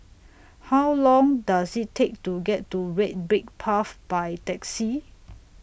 How Long Does IT Take to get to Red Brick Path By Taxi